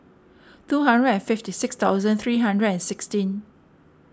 two hundred and fifty six thousand three hundred and sixteen